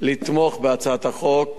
לתמוך בהצעת החוק,